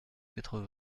quatre